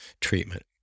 treatment